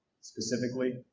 Specifically